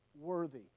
worthy